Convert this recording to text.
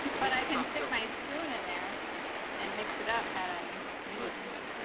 but i can stick my spoon in there and mix it up had i needed to.